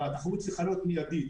אבל התחרות צריכה להיות מיידית,